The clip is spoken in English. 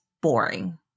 boring